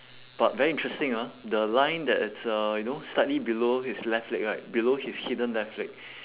but very interesting ah the line that it's uh you know slightly below his left leg right below his hidden left leg